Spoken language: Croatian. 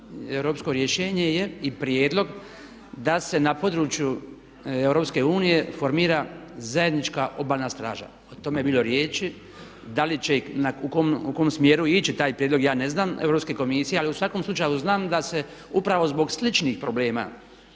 europsko rješenje je i prijedlog da se na području EU formira zajednička Obalna straža. O tome je bilo riječi da li će i u kom smjeru ići taj prijedlog Europske komisije. Ali u svakom slučaju, ali znam da se upravo zbog sličnih problema,